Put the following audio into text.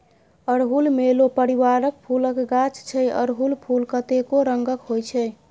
अड़हुल मेलो परिबारक फुलक गाछ छै अरहुल फुल कतेको रंगक होइ छै